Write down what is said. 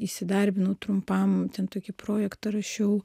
įsidarbinau trumpam ten tokį projektą rašiau